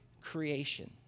creation